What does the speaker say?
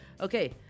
Okay